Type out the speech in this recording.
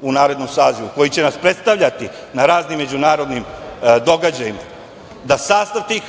u narednom sazivu koji će nas predstavljati na raznim međunarodnim događajima, da sastav tih